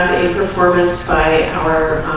performance by our